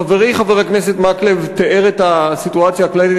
חברי חבר הכנסת מקלב תיאר את הסיטואציה הכללית.